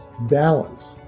balance